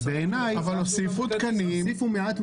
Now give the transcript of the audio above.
ובעיני תוסיפו שם מעט.